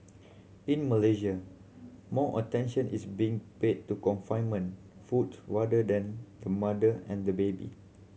in Malaysia more attention is being paid to confinement foods rather than the mother and the baby